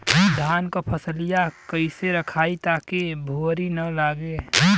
धान क फसलिया कईसे रखाई ताकि भुवरी न लगे?